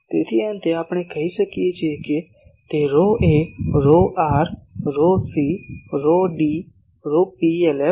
તેથી અંતે આપણે કહી શકીએ કે તે ρ એ ρr ρc ρd ρPLF